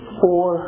four